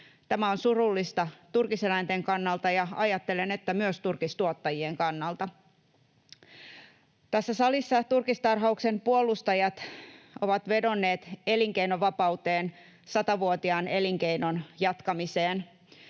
Tämä on surullista turkiseläinten kannalta, ja ajattelen, että myös turkistuottajien kannalta. Tässä salissa turkistarhauksen puolustajat ovat vedonneet elinkeinovapauteen, satavuotiaan elinkeinon jatkamiseen.